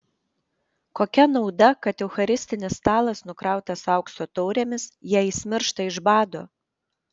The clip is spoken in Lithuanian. kokia nauda kad eucharistinis stalas nukrautas aukso taurėmis jei jis miršta iš bado